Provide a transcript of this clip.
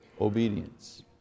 obedience